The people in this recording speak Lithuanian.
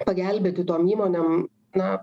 pagelbėti tom įmonėm na